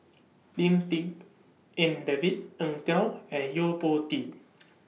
Lim Tik En David Eng Tow and Yo Po Tee